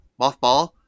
Mothball